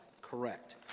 Correct